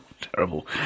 Terrible